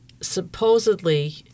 supposedly